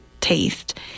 taste